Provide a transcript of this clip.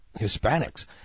Hispanics